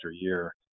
year